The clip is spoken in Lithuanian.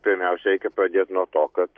pirmiausia reikia pradėt nuo to kad